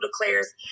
declares